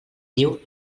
diu